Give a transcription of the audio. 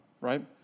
right